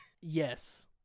Yes